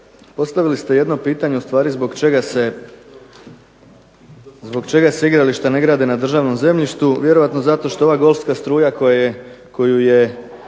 postavili ste jedno pitanje ustvari zbog čega se igrališta ne grade na državnom zemljištu, vjerojatno zato što ova golfska struja koju je